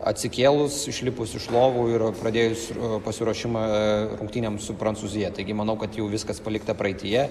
atsikėlus išlipus iš lovų ir pradėjus pasiruošimą rungtynėm su prancūzija taigi manau kad jau viskas palikta praeityje